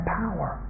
power